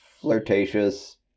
flirtatious